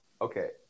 Okay